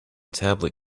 tablet